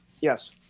Yes